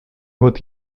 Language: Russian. год